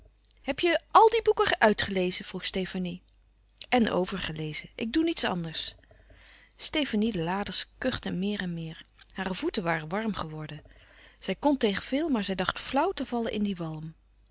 heb je àl die boeken uitgelezen vroeg stefanie en overgelezen ik doe niets anders stefanie de laders kuchte meer en meer hare voeten waren warm geworden zij kon tegen veel maar zij dacht flauw te vallen in dien walm